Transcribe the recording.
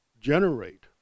generate